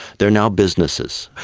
they are now businesses.